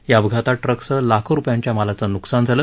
या अपघातात ट्रकसह लाखो रुपयांच्या मालाचं न्कसान झालं